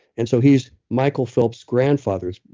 and so, he's michael phillips grandfathers.